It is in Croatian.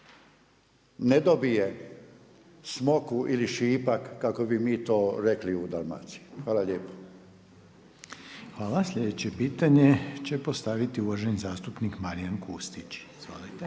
ne dobije smokvu ili šipak kako bi mi to rekli u Dalmaciji. Hvala lijepa. **Reiner, Željko (HDZ)** Hvala. Sljedeće pitanje će postaviti uvaženi zastupnik Marijan Kustić. Izvolite.